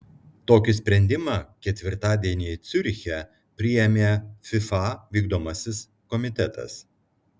tokį sprendimą ketvirtadienį ciuriche priėmė fifa vykdomasis komitetas